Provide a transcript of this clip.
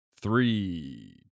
three